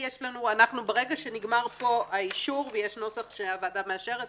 ברגע שנגמר פה האישור ויש נוסח שהוועדה מאשרת,